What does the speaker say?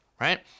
right